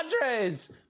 Padres